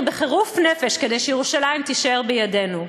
בחירוף נפש כדי שירושלים תישאר בידינו,